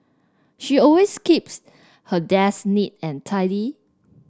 she always keeps her desk neat and tidy